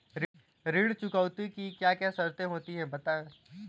ऋण चुकौती की क्या क्या शर्तें होती हैं बताएँ?